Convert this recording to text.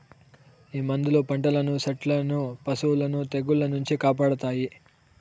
ఈ మందులు పంటలను సెట్లను పశులను తెగుళ్ల నుంచి కాపాడతాయి